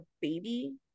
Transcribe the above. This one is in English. baby